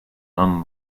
non